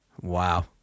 wow